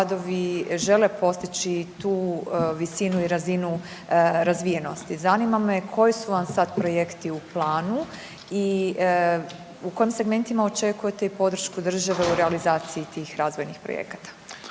žele postići tu visinu i razinu razvijenosti. Zanima me koji su vam sad projekti u planu i u kojim segmentima očekujete i podršku države u realizaciji tih razvojni projekata?